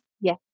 Yes